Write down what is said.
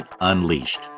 unleashed